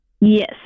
Yes